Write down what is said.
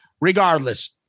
regardless